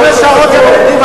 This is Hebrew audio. כמה שעות נוספות הם עובדים?